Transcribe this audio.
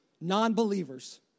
non-believers